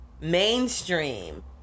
mainstream